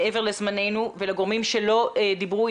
לגורמים שלא דיברו.